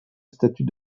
statut